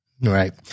Right